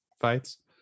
fights